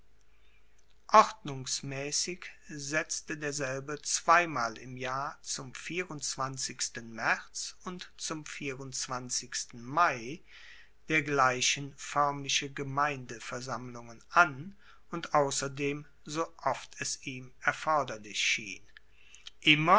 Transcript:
ordnungsmaessig setzte derselbe zweimal im jahr zum maerz und zum mai dergleichen foermliche gemeindeversammlungen an und ausserdem so oft es ihm erforderlich schien